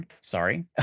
sorry